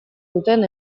duten